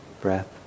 breath